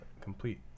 complete